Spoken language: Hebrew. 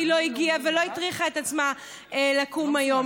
לא הגיעה ולא הטריחה את עצמה לקום היום